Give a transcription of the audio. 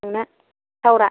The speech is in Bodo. नोंना टावार आ